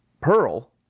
Pearl